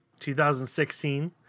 2016